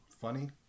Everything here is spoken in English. Funny